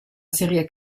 serie